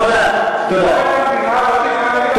תודה רבה.